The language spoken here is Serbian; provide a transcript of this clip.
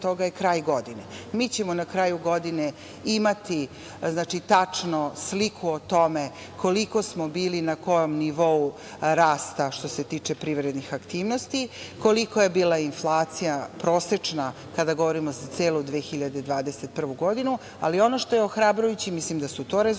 Mi ćemo na kraju godine imati tačno sliku o tome koliko smo bili na kom nivou rasta što se tiče privrednih aktivnosti, kolika je bila inflacija prosečna kada govorimo za celu 2021. godinu, ali ono što je ohrabrujuće, mislim da su to rezultati,